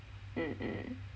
mm mm